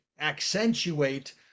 accentuate